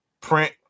print